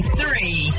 three